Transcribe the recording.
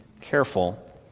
careful